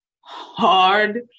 hard